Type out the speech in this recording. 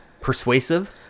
Persuasive